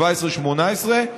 2018-2017,